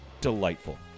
delightful